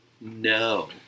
No